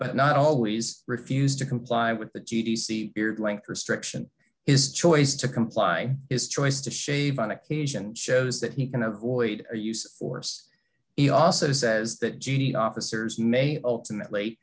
but not always refused to comply with the t t c beard length restriction is choice to comply his choice to shave on occasion shows that he can avoid use force he also says that judy officers may ultimately